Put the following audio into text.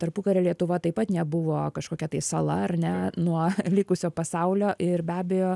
tarpukario lietuva taip pat nebuvo kažkokia tai sala ar ne nuo likusio pasaulio ir be abejo